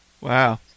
Wow